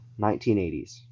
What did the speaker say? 1980s